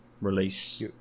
release